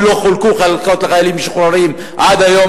ולא חולקו חלקות לחיילים משוחררים עד היום,